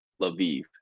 Lviv